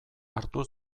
hartu